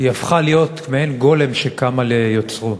הפכה להיות מעין גולם שקם על יוצרו.